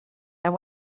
and